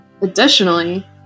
Additionally